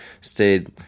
stayed